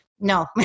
no